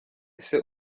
ese